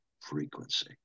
frequency